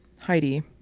Heidi